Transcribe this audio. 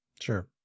Sure